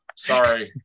Sorry